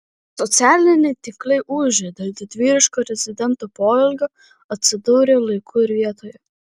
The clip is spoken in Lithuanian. socialiniai tinklai ūžia dėl didvyriško rezidento poelgio atsidūrė laiku ir vietoje